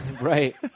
right